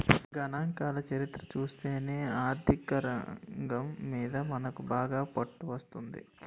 గణాంకాల చరిత్ర చూస్తేనే ఆర్థికరంగం మీద మనకు బాగా పట్టు వస్తుంది